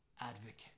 advocate